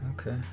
okay